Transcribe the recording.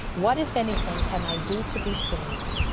what, if anything, can i do to be saved?